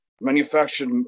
manufactured